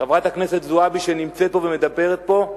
חברת הכנסת זועבי, שנמצאת פה ומדברת פה,